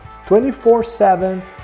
24-7